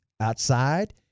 outside